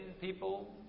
people